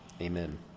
Amen